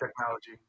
technology